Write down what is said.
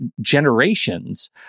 generations